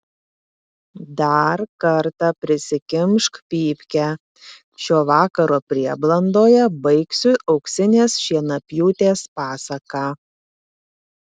dar kartą prisikimšk pypkę šio vakaro prieblandoje baigsiu auksinės šienapjūtės pasaką